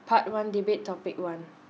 part one debate topic one